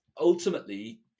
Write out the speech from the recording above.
ultimately